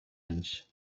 anys